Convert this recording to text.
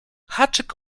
haczyk